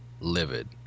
livid